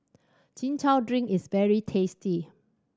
Chin Chow drink is very tasty